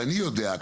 ואני יודע,